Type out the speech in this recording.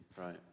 Right